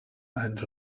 and